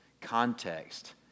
context